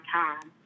time